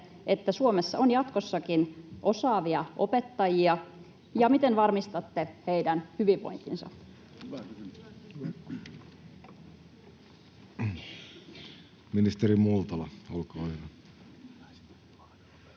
että Suomessa on jatkossakin osaavia opettajia, ja miten varmistatte heidän hyvinvointinsa?